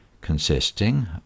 consisting